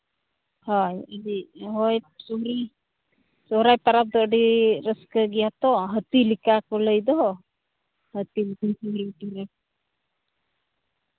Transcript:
ᱦᱳᱭ ᱦᱳᱭ ᱩᱱᱤ ᱥᱚᱦᱚᱨᱟᱭ ᱯᱚᱨᱚᱵᱽ ᱫᱚ ᱟᱹᱰᱤ ᱨᱟᱹᱥᱠᱟᱹ ᱜᱮᱭᱟ ᱛᱚ ᱦᱟᱹᱛᱤ ᱞᱮᱠᱟ ᱠᱚ ᱞᱟᱹᱭ ᱫᱚ ᱦᱟᱹᱛᱤ ᱞᱮᱠᱟᱱ ᱥᱚᱦᱨᱟᱭ ᱯᱚᱨᱚᱵᱽ